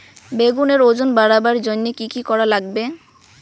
বেগুনের ওজন বাড়াবার জইন্যে কি কি করা লাগবে?